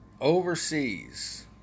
overseas